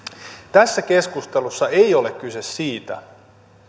tässä keskustelussa ei ole kyse siitä